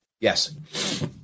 Yes